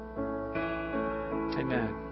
Amen